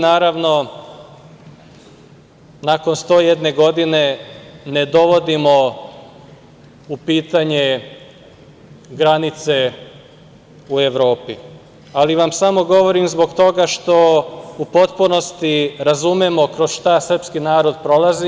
Naravno da mi nakon 101 godine ne dovodimo u pitanje granice u Evropi, ali vam samo govorim zbog toga što u potpunosti razumemo kroz šta srpski narod prolazi.